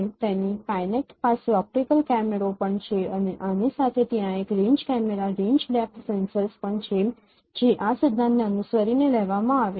તેથી કાઇનેક્ટ પાસે ઓપ્ટિકલ કેમેરો પણ છે અને આની સાથે ત્યાં એક range camera range depth sensors પણ છે જે આ સિદ્ધાંતને અનુસરીને લેવામાં આવે છે